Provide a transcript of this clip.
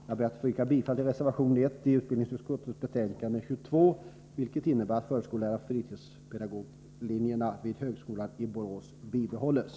Jag ber att få yrka bifall till reservation 1 till utbildningsutskottets bet..ukande 22, som innebär att förskolläraroch fritidspedagoglinjerna vid högskolan i Borås bibehålls.